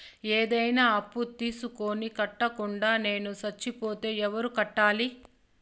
ఏదైనా అప్పు తీసుకొని కట్టకుండా నేను సచ్చిపోతే ఎవరు కట్టాలి?